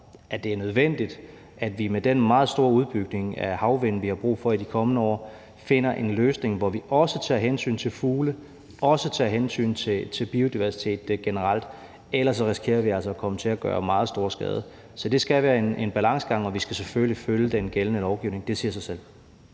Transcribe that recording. det er nødvendigt, at vi med den meget store udbygning af energiproduktionen fra havvind, vi har brug for i de kommende år, finder en løsning, hvor vi også tager hensyn til fugle og også tager hensyn til biodiversitet generelt. Ellers risikerer vi altså at komme til at gøre meget stor skade. Så det skal være en balancegang, og vi skal selvfølgelig følge den gældende lovgivning. Det siger sig selv.